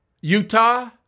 Utah